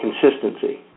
consistency